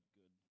good